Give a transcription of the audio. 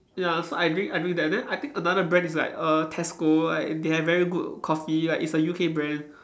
ya so I drink I drink that then I think another brand is like err Tesco like they have very good coffee like it's a U_K brand